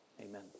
amen